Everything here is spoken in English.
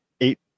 Eight